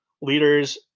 leaders